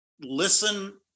listen